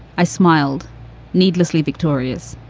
i smiled needlessly victorious.